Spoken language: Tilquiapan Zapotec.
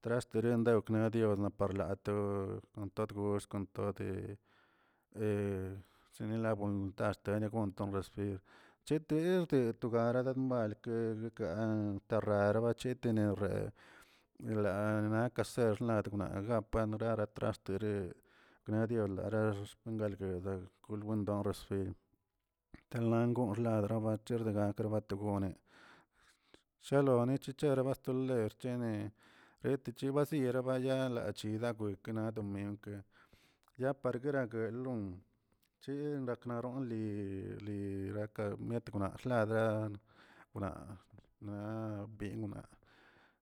Trastere rnekawdioꞌ na parlato kon tod gus cheleni voluntad xtad tagono kon recibir cheter gue togarabal guelkaꞌa tarrere bachetene, la na casersena wna gapana pare traxtere grediolanga pare traxrtere kolndenwong resfire talangon labrdaraba cherchegan labato sahloni chicherabastoni archene retechie barsieraba lagachida buwelkeneꞌ domingwke yapargueroguelo chiraknaronli wnaxlada- wna la bingwna